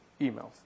emails